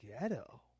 ghetto